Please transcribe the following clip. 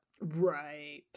Right